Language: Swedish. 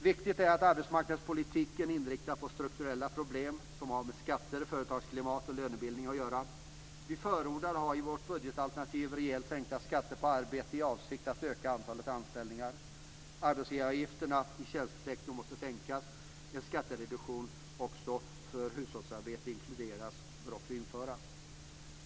Viktigt är att arbetsmarknadspolitiken inriktas på de strukturella problem som har med bl.a. skatter, företagsklimat och lönebildning att göra. Vi förordar och har i vårt budgetalternativ rejält sänkta skatter på arbete i avsikt att öka antalet anställningar. Arbetsgivaravgifterna i tjänstesektorn måste sänkas och en skattereduktion måste införas där också hushållsarbete inkluderas.